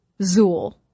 Zool